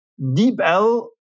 DeepL